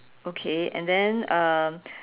okay and then um